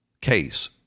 case